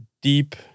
deep